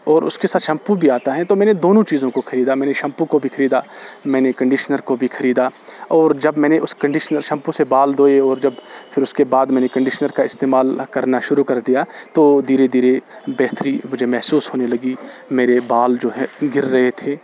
اور اس کے ساتھ شمپو بھی آتا ہے تو میں نے دونوں چیزوں کو خریدا میں نے شمپو کو بھی خریدا میں نے کنڈشنر کو بھی خریدا اور جب میں نے اس کنڈشنر شمپو سے بال دھوئے اور جب پھر اس کے بعد میں کنڈشنر کا استعمال کرنا شروع کر دیا تو دھیرے دھیرے بہتری مجھے محسوس ہونے لگی میرے بال جو ہے گر رہے تھے